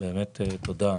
באמת תודה.